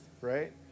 right